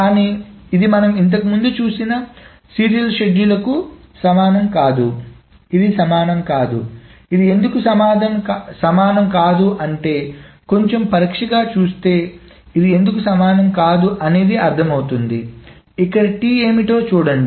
కానీ ఇది మనం ఇంతకుముందు చూసిన సీరియల్ షెడ్యూల్కు సమానం కాదు ఇది సమానం కాదు ఇది ఎందుకు సమానం కాదు అంటే కొంచెం పరీక్షగా చూస్తే ఇది ఎందుకు సమానం కాదు అనేది అర్థం అవుతుంది ఇక్కడ T ఏమిటో చూడండి